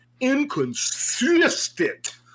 Inconsistent